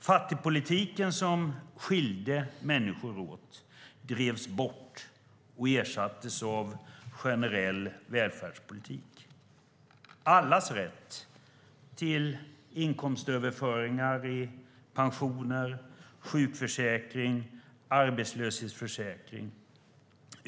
Fattigpolitiken, som skilde människor åt, drevs bort och ersattes av generell välfärdspolitik: allas rätt till inkomstöverföringar i pensioner, sjukförsäkring och arbetslöshetsförsäkring.